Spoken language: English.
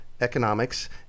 economics